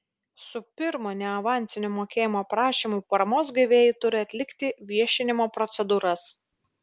su pirmu neavansiniu mokėjimo prašymu paramos gavėjai turi atlikti viešinimo procedūras